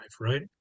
right